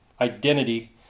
identity